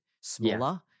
smaller